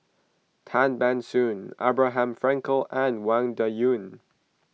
Tan Ban Soon Abraham Frankel and Wang Dayuan